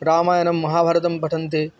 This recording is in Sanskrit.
रामायणं महाभारतं पठन्ति